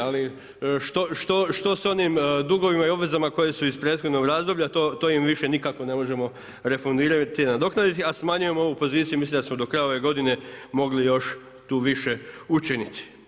Ali što s onim dugovima i obvezama koje su iz prethodnog razdoblja, to im više nikako ne možemo refundirati i nadoknaditi a smanjujemo ovu poziciju i mislim da smo do kraja ove godine mogli još tu više učiniti.